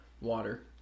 water